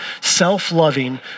self-loving